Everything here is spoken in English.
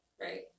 Right